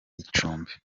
icumbi